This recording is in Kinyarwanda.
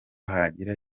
hagira